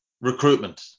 recruitment